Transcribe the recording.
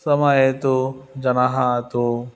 समये तु जनाः तु